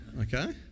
Okay